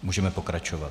Můžeme pokračovat.